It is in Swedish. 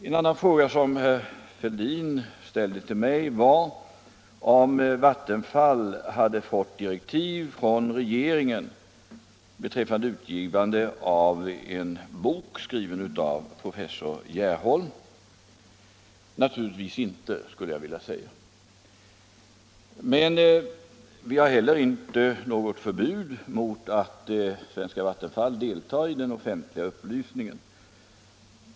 En annan fråga som herr Helén ställde till mig var om Vattenfall hade fått direktiv från regeringen beträffande utsändning av en bok, skriven av professor Gerholm. Naturligtvis inte, skulle jag vilja svara. Men vi har heller inte utfärdat något förbud mot att Vattenfall deltar i den offentliga upplysningen.